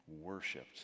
Worshipped